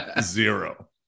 zero